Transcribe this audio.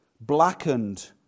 blackened